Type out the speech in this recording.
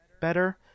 better